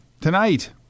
Tonight